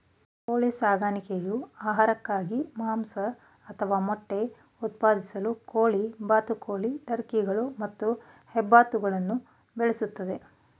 ಕೋಳಿ ಸಾಕಣೆಯು ಆಹಾರಕ್ಕಾಗಿ ಮಾಂಸ ಅಥವಾ ಮೊಟ್ಟೆ ಉತ್ಪಾದಿಸಲು ಕೋಳಿ ಬಾತುಕೋಳಿ ಟರ್ಕಿಗಳು ಮತ್ತು ಹೆಬ್ಬಾತುಗಳನ್ನು ಬೆಳೆಸ್ತದೆ